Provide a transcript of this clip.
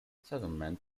settlement